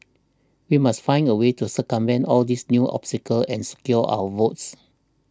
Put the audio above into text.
we must find a way to circumvent all these new obstacles and secure our votes